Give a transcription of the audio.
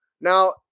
now